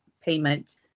payment